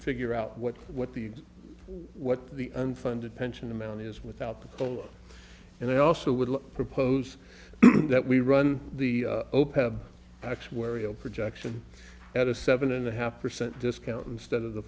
figure out what what the what the unfunded pension amount is without the oh and i also would propose that we run the x where real projection at a seven and a half percent discount instead of the